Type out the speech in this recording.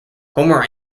homer